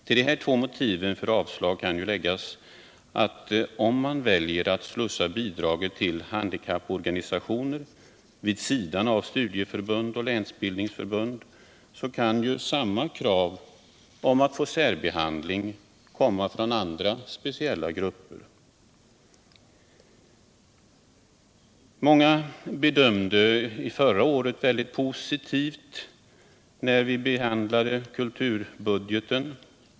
Till de här nämnda två motiven för avslag kan läggas att om man väljer att slussa bidraget till handikapporganisationerna vid sidan av studieförbund och länsbildningsförbund kommer troligen samma krav på särbehandling att ställas av andra speciella grupper. Förra året gjordes stora satsningar på kulturområdet och det bedömdes av många som mycket positivt, när vi behandlade kulturbudgeten.